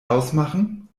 ausmachen